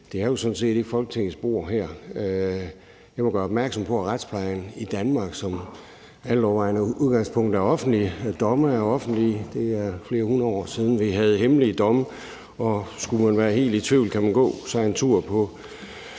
Det er jo sådan set ikke Folketingets bord. Jeg må gøre opmærksom på, at retsplejen i Danmark som altovervejende udgangspunkt er offentlig. Domme er offentlige. Det er flere hundrede år siden, vi havde hemmelige domme, og skulle man være helt i tvivl, kan man gå en tur i